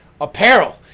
apparel